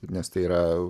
nes tai yra